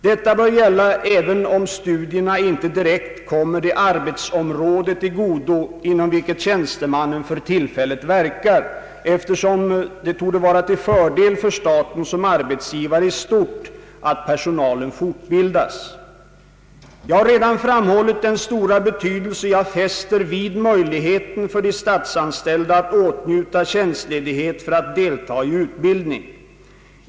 Detta bör gälla även om studierna inte direkt kommer det arbetsområde till godo inom vilket tjänstemannen för tillfället verkar, eftersom det torde vara till fördel för staten som arbetsgivare i stort att personalen fortbildas. Jag har redan framhållit den stora betydelse jag fäster vid möjligheten för de statsanställda att åtnjuta tjänstledighet för att delta i utbildning.